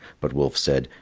but wolf said,